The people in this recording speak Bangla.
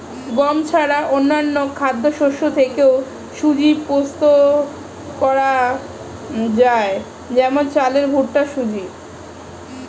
গম ছাড়া অন্যান্য খাদ্যশস্য থেকেও সুজি প্রস্তুত করা যায় যেমন চালের ভুট্টার সুজি